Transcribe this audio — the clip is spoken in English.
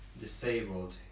disabled